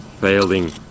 failing